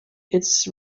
its